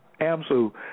Amsu